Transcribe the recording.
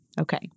Okay